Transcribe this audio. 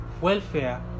welfare